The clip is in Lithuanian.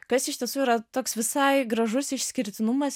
kas iš tiesų yra toks visai gražus išskirtinumas